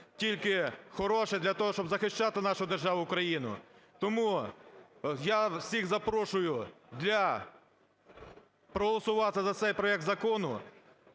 тільки хороше для того, щоб захищати нашу державу Україну. Тому я всіх запрошую проголосувати за цей проект закону,